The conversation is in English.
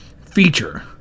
feature